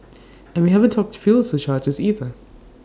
and we haven't talked fuel surcharges either